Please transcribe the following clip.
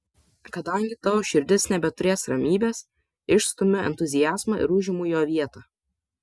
kadangi tavo širdis nebeturės ramybės išstumiu entuziazmą ir užimu jo vietą